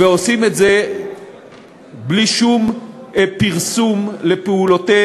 ועושים את זה בלי שום פרסום לפעולותיהם